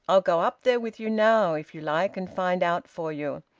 i'll go up there with you now if you like, and find out for you.